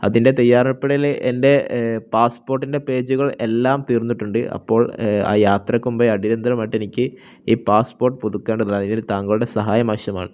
അതിൻ്റെ തയ്യാറെടുപ്പിനിടയില് എൻ്റെ പാസ്പോർട്ടിൻ്റെ പേജുകളെല്ലാം തീർന്നിട്ടുണ്ട് അപ്പോൾ ആ യാത്രക്ക് മുമ്പേ അടിയന്തരമായിട്ട് എനിക്ക് ഈ പാസ്പോർട്ട് പുതുക്കേണ്ടതുണ്ട് അതിന് താങ്കളുടെ സഹായമാവശ്യമാണ്